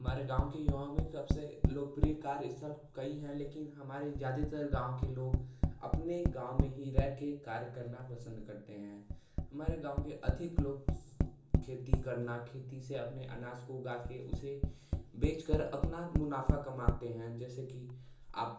हमारे गाँव के युवाओं में सबसे लोकप्रिय कार्य कई हैं स्थल लेकिन हमारे ज़्यादातर गाँव के लोग अपने गाँव में ही रह कर कार्य करना पसंद करते हैं हमारे गाँव के अधिक लोग खेती करना खेती से अपने अनाज को उगा कर उसे बेचकर अपना मुनाफ़ा कमाते हैं जैसे कि आप